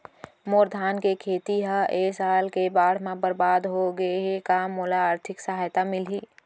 मोर धान के खेती ह ए साल के बाढ़ म बरबाद हो गे हे का मोला आर्थिक सहायता मिलही?